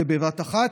הרבה טיסות בבת אחת.